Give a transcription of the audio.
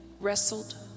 wrestled